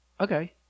Okay